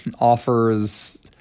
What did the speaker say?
offers